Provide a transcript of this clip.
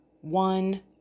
one